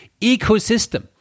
ecosystem